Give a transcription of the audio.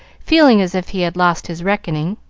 feeling as if he had lost his reckoning.